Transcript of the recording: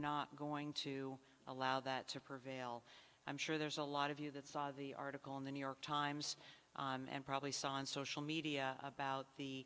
not going to allow that to prevail i'm sure there's a lot of you that saw the article in the new york times and probably saw on social media about the